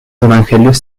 evangelios